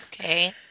Okay